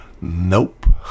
nope